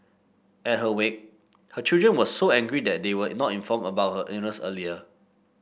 at her wake her children were so angry that they were not informed about her illness earlier